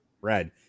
red